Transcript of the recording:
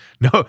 no